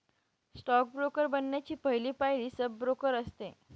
stock broker बनण्याची पहली पायरी सब ब्रोकर असते